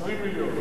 20 מיליון.